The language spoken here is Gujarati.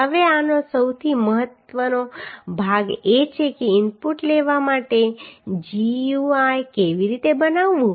હવે આનો સૌથી મહત્વનો ભાગ એ છે કે ઇનપુટ લેવા માટે GUI કેવી રીતે બનાવવું